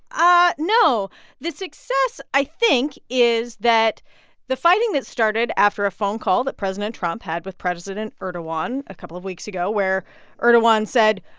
ah no. the success, i think, is that the fighting that started after a phone call that president trump had with president erdogan a couple of weeks ago, where erdogan said,